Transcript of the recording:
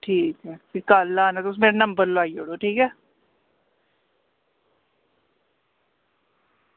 भी कल्ल आना तुस मेरा नंबर लोआई ओड़ेओ ठीक ऐ